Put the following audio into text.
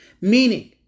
meaning